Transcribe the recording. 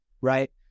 right